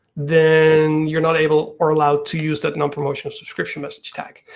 then you're not able or allowed to use that non-promotional subscription message tag.